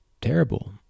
terrible